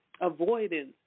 avoidance